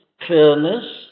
clearness